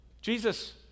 Jesus